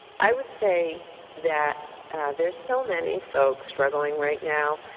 i would say that there are so many folks struggling right now,